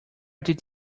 did